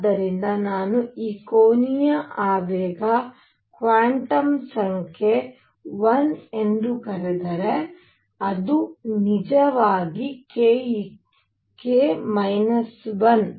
ಆದ್ದರಿಂದ ನಾನು ಈ ಕೋನೀಯ ಆವೇಗ ಕ್ವಾಂಟಮ್ ಸಂಖ್ಯೆ l ಎಂದು ಕರೆದರೆ ಅದು ನಿಜವಾಗಿ k 1